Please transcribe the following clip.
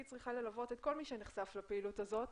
צריכה ללוות את כל מי שנחשף לפעילות הזאת,